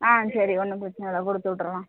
ஆ சரி ஒன்றும் பிரச்சனை இல்லை கொடுத்து விட்றலாம்